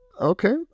Okay